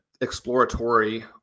exploratory